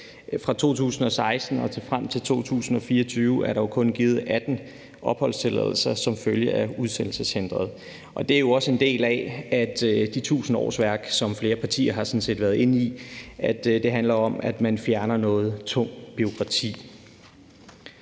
Fra 2016 og frem til 2024 er der kun givet 18 opholdstilladelser som følge af udsendelseshindring. Det er jo også en del af, at de tusinde årsværk, som flere partier har været inde på, handler om, at man fjerner noget tungt bureaukrati.